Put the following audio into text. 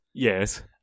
Yes